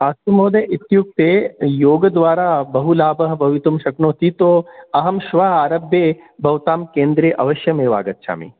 अस्तु महोदय इत्युक्ते योगद्वारा बहुलाभः भवितुं शक्नोति तु अहं श्वः आरभ्य भवतां केन्द्रे अवश्यम् एव आगच्छामि